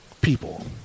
people